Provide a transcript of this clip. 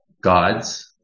God's